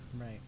Right